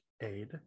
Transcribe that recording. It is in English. Aid